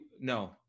no